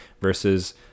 versus